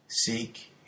Seek